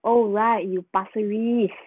oh right you pasir ris